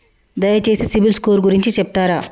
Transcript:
దయచేసి సిబిల్ స్కోర్ గురించి చెప్తరా?